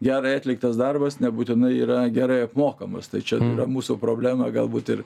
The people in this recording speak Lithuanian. gerai atliktas darbas nebūtinai yra gerai apmokamas tai čia yra mūsų problema galbūt ir